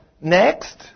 next